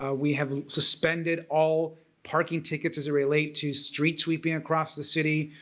ah we have suspended all parking tickets as a relate to streets sweeping across the city.